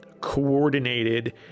coordinated